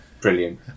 Brilliant